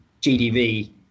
gdv